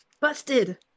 busted